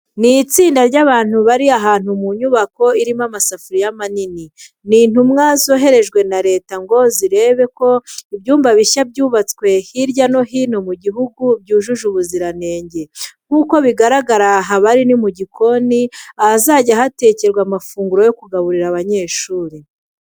Ni itsinda ry'abantu bari ahantu mu nyubako irimo amasafuriya manini. Ni intumwa zoherejwe na Leta ngo zirebe ko ibyumba bishya byubatswe hirya no hino mu gihugu byujuje ubuziranenge. Nk'uko bigaragara aha bari ni mu gikoni, ahazajya hatekerwa amafunguro yo kugaburira abanyeshuri.